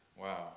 Wow